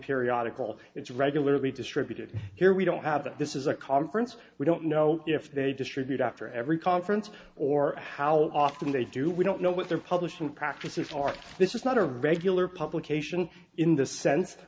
periodical it's regularly distributed here we don't have that this is a conference we don't know if they distribute after every conference or how often they do we don't know what their publishing practices are this is not a regular publication in the sense